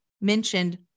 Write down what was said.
mentioned